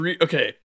Okay